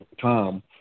Tom